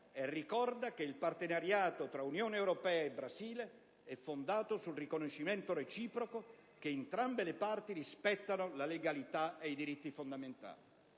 e ricorda che il partenariato tra Unione europea e Brasile è fondato sul riconoscimento reciproco che entrambe le parti rispettano la legalità e i diritti fondamentali.